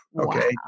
Okay